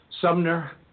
Sumner